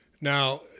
Now